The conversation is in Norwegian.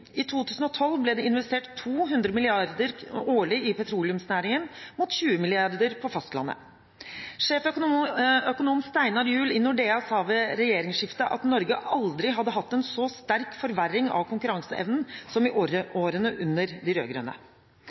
I 2012 ble det investert 200 mrd. kr årlig i petroleumsnæringen mot 20 mrd. kr på fastlandet. Sjeføkonom Steinar Juel i Nordea sa ved regjeringsskiftet at Norge aldri hadde hatt en så sterk forverring av konkurranseevnen som i årene under de